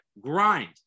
grind